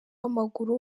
w’amaguru